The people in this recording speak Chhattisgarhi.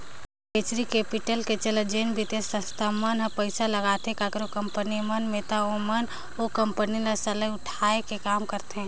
वेंचरी कैपिटल के चलत जेन बित्तीय संस्था मन हर पइसा लगाथे काकरो कंपनी मन में ता ओमन ओ कंपनी ल सरलग उठाए के काम करथे